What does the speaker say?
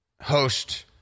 host